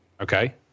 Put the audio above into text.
Okay